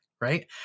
right